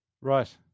Right